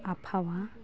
ᱟᱯᱷᱟᱣᱟ